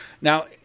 Now